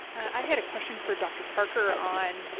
i had a question for dr. parker on,